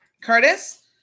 Curtis